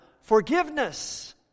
forgiveness